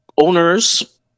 Owners